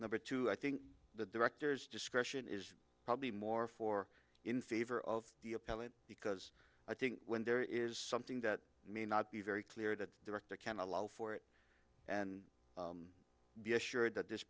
number two i think the directors discretion is probably more four in favor of the appellate because i think when there is something that may not be very clear that the rector can allow for it and be assured that this